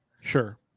Sure